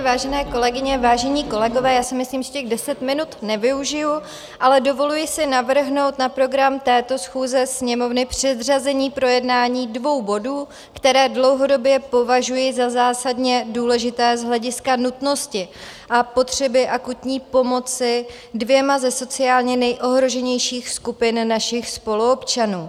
Vážené kolegyně, vážení kolegové, já si myslím, že těch deset minut nevyužiju, ale dovoluji si navrhnout na program této schůze Sněmovny předřazení projednání dvou bodů, které dlouhodobě považuji za zásadně důležité z hlediska nutnosti a potřeby akutní pomoci dvěma ze sociálně nejohroženějších skupin našich spoluobčanů.